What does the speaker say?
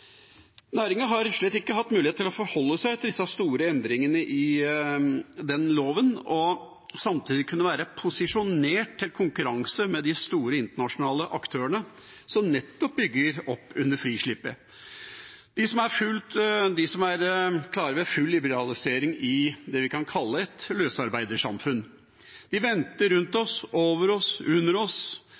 har slett ikke hatt mulighet til å forholde seg til disse store endringene i den loven og samtidig kunne være posisjonert til konkurranse med de store internasjonale aktørene som nettopp bygger opp under frisleppet. De som er klare for full liberalisering i det vi kan kalle et løsarbeidersamfunn, venter rundt oss, over oss, under oss